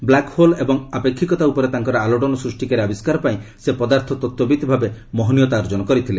black hole ଏବଂ ଆପେକ୍ଷିକତା ଉପରେ ତାଙ୍କର ଆଲୋଡ଼ନ ସୃଷ୍ଟିକାରୀ ଆବିଷ୍କାରପାଇଁ ସେ ପଦାର୍ଥ ତତ୍ତ୍ୱବିତ୍ ଭାବେ ମହନୀୟତା ଅର୍ଜନ କରିଥିଲେ